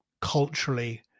culturally